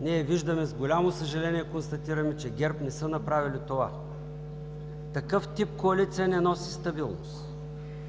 Ние виждаме, с голямо съжаление констатираме, че ГЕРБ не са направили това. Такъв тип коалиция не носи стабилност,